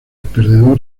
perdedor